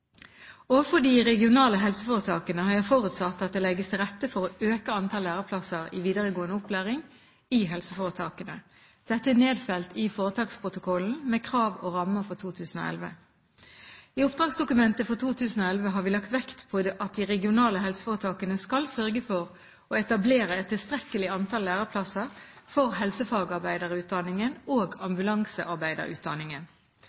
og at mange nok velger en fagopplæring. Overfor de regionale helseforetakene har jeg forutsatt at det legges til rette for å øke antall læreplasser i videregående opplæring i helseforetakene. Dette er nedfelt i foretaksprotokollen med krav og rammer for 2011. I oppdragsdokumentet for 2011 har vi lagt vekt på at de regionale helseforetakene skal sørge for å etablere et tilstrekkelig antall læreplasser for helsefagarbeiderutdanningen og